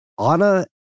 Anna